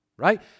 right